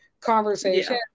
conversation